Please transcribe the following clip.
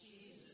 Jesus